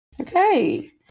Okay